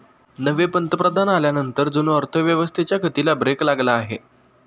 नवे पंतप्रधान आल्यानंतर जणू अर्थव्यवस्थेच्या गतीला ब्रेक लागला आहे